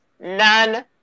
none